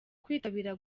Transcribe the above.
kwitabira